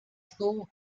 school